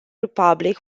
republic